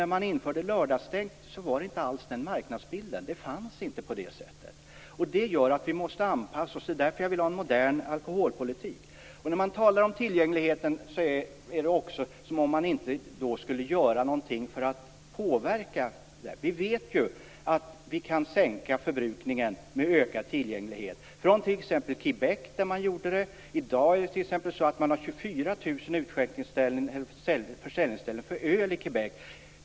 När man införde lördagsstängt var inte marknadsbilden sådan. Det fanns inte en svart marknad på det sättet. Detta gör att vi måste anpassa oss. Det är därför jag vill ha en modern alkoholpolitik. När man talar om tillgängligheten är det också som om man inte skulle göra någonting för att påverka detta. Vi vet att vi kan sänka förbrukningen med ökad tillgänglighet. I Quebec gjorde man det. I dag har man 24 000 försäljningsställen för öl i Quebec.